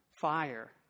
fire